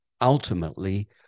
ultimately